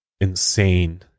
insane